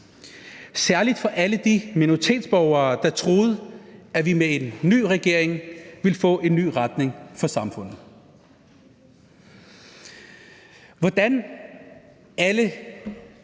særlig for alle de minoritetsborgere, der troede, at vi med en ny regering ville få en ny retning for samfundet. Hvordan alle